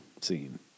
scene